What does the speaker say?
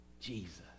Jesus